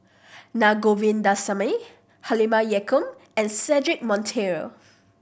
Na Govindasamy Halimah Yacob and Cedric Monteiro